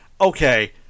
okay